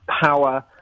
power